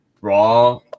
raw